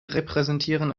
repräsentieren